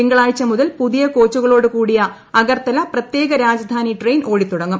തിങ്കളാഴ്ച് മുതൽ പുതിയ കോച്ചുകളോടു കൂടിയ അഗർത്തല പ്രത്യേക രാജധ്ാനി ട്രെയിൻ ഓടി തുടങ്ങും